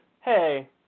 hey